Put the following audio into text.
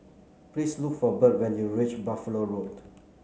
please look for Birt when you reach Buffalo Road